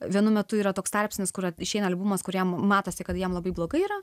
vienu metu yra toks tarpsnis kurio išeina albumas kuriam matosi kad jam labai blogai yra